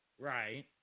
Right